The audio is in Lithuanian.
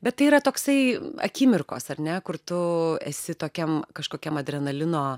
bet tai yra toksai akimirkos ar ne kur tu esi tokiam kažkokiam adrenalino